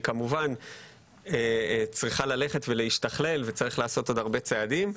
היא כמובן צריכה ללכת ולהשתכלל וצריך לעשות עוד הרבה צעדים.